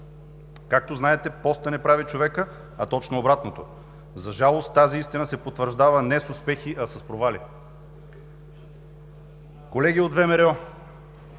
Както знаете, постът не прави човека, а точно обратното. За жалост, тази истина се потвърждава не с успехи, а с провали. Колеги от ВМРО,